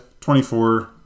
24